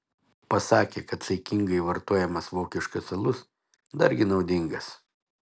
pasakė kad saikingai vartojamas vokiškas alus dargi naudingas